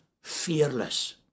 fearless